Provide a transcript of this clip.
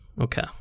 okay